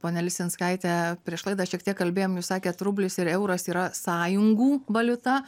ponia lisinskaite prieš laidą šiek tiek kalbėjom jūs sakėt rublis ir euras yra sąjungų valiuta